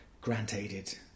grant-aided